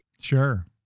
Sure